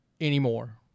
anymore